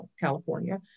california